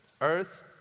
earth